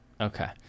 Okay